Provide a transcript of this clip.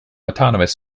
autonomous